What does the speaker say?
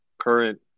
current